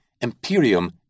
imperium